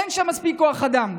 אין שם מספיק כוח אדם.